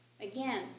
Again